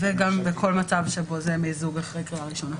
וגם בכל מצב של מיזוג אחרי קריאה ראשונה.